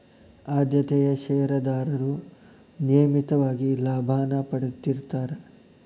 ಆದ್ಯತೆಯ ಷೇರದಾರರು ನಿಯಮಿತವಾಗಿ ಲಾಭಾನ ಪಡೇತಿರ್ತ್ತಾರಾ